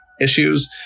issues